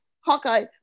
Hawkeye